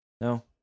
no